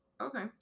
Okay